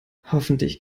hoffentlich